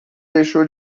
deixou